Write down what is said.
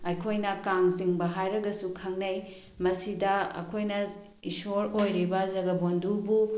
ꯑꯩꯈꯣꯏꯅ ꯀꯥꯡ ꯆꯤꯡꯕ ꯍꯥꯏꯔꯒꯁꯨ ꯈꯪꯅꯩ ꯃꯁꯤꯗ ꯑꯩꯈꯣꯏꯅ ꯏꯁꯣꯔ ꯑꯣꯏꯔꯤꯕ ꯖꯒꯕꯣꯟꯙꯨꯕꯨ